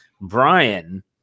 Brian